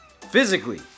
physically